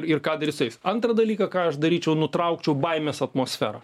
ir ką daryt su jais antrą dalyką ką aš daryčiau nutraukčiau baimės atmosferą